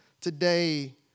today